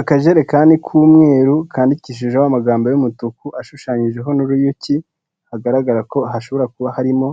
Akajerekani k'umweru kandikishijeho amagambo y'umutuku ashushanyijeho n'uruyuki, hagaragara ko hashobora kuba harimo